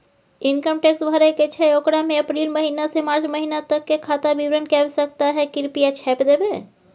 Income tax भरय के छै ओकरा में अप्रैल महिना से मार्च महिना तक के खाता विवरण के आवश्यकता हय कृप्या छाय्प देबै?